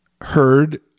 heard